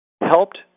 helped